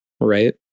right